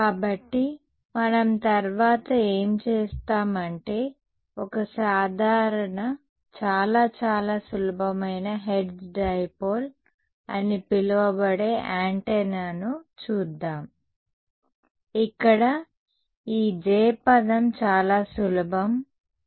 కాబట్టి మనం తర్వాత ఏమి చేస్తాము అంటే ఒక సాధారణ చాలా చాలా సులభమైన హెర్ట్జ్ డైపోల్ అని పిలువబడే యాంటెన్నాను చూద్దాం ఇక్కడ ఈ J పదం చాలా సులభం సరే